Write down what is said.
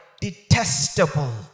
detestable